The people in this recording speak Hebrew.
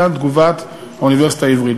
עד כאן תגובת האוניברסיטה העברית.